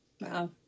Wow